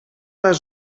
les